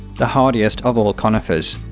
the hardiest of all conifers.